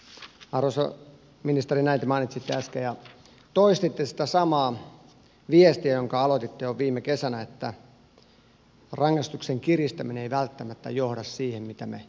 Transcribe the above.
arvoisa ministeri näin te mainitsitte äsken ja toistitte sitä samaa viestiä jonka aloititte jo viime kesänä että rangaistuksen kiristäminen ei välttämättä johda siihen mitä me tässä haemme